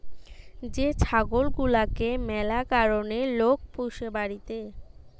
যে ছাগল গুলাকে ম্যালা কারণে লোক পুষে বাড়িতে